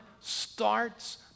starts